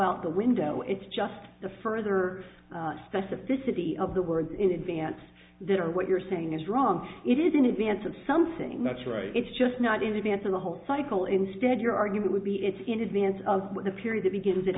out the window it's just the further specificity of the words in advance that are what you're saying is wrong it is in advance of something that's right it's just not in advance of the whole cycle instead your argument would be it's in advance of the period that begins at